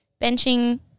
Benching